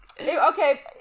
okay